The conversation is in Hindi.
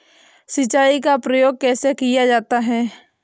सिंचाई का प्रयोग कैसे किया जाता है?